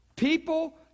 People